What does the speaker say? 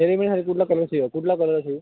सेरीमनीसाठी कुठला कलर शिवा कुठला कलर शिवू